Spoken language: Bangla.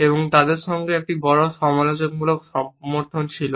এবং পরে তাদের জন্য একটি বড় সমালোচনামূলক সমর্থন ছিল